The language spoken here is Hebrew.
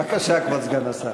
בבקשה, כבוד סגן השר.